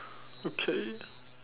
okay